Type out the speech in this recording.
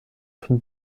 von